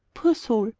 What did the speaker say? poor soul!